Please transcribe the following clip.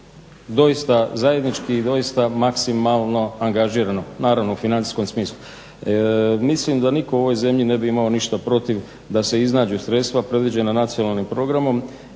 doista zajednički, doista maksimalno angažirano, naravno u financijskom smislu. Mislim da nitko u ovoj zemlji ne bi imao ništa protiv da se iznađu sredstva predviđena nacionalnim programom